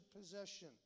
possession